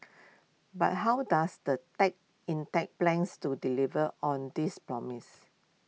but how does the tech in Thai plans to deliver on this promise